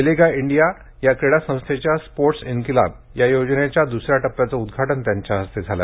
खेलेगा इंडिया या क्रीडा संस्थेच्या स्पोर्ट्स इंकलाब या योजनेचा दुसऱ्या टप्प्याचे उद्घाटन त्यांच्या हस्ते झाले